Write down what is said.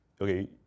okay